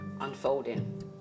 unfolding